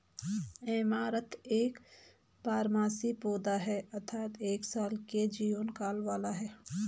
amaranth एक बारहमासी पौधा है अर्थात एक साल के जीवन काल वाला है